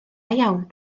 iawn